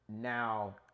now